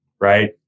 right